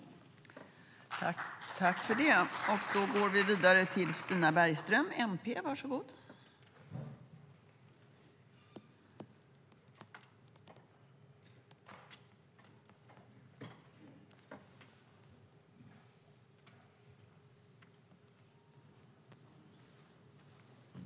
I detta anförande instämde Monica Green, Lars Mejern Larsson, Leif Pettersson, Suzanne Svensson och Hans Unander .